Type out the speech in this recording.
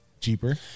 Cheaper